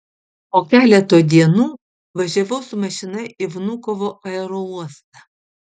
po keleto dienų važiavau su mašina į vnukovo aerouostą